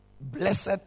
Blessed